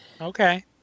Okay